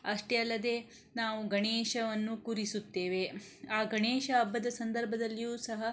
ಅಷ್ಟೇ ಅಲ್ಲದೇ ನಾವು ಗಣೇಶನನ್ನು ಕೂರಿಸುತ್ತೇವೆ ಆ ಗಣೇಶ ಹಬ್ಬದ ಸಂದರ್ಭದಲ್ಲಿಯೂ ಸಹ